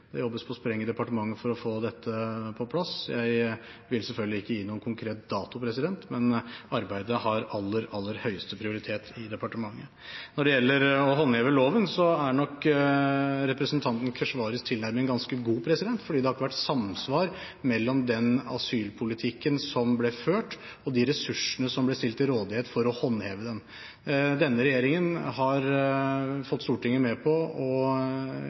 Det jobbes på spreng i departementet for å få dette på plass. Jeg vil selvfølgelig ikke gi noen konkret dato, men arbeidet har aller høyeste prioritet i departementet. Når det gjelder det med å håndheve loven, er nok representanten Keshvaris tilnærming ganske god, for det har ikke vært samsvar mellom den asylpolitikken som ble ført, og de ressursene som ble stilt til rådighet for å håndheve den. Denne regjeringen har fått Stortinget med på å